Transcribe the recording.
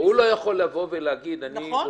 לבוא ולהגיד: אני רוצה.